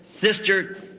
Sister